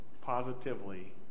positively